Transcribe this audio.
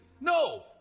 No